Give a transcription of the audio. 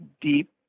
deep